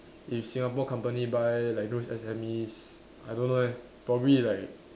if Singapore company buy like those S_M_Es I don't know leh probably like